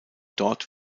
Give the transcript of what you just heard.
dort